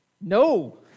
no